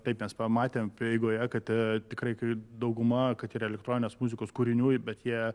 taip mes pamatėm eigoje kad tikrai kaip dauguma kad ir elektroninės muzikos kūrinių bet jie